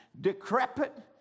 decrepit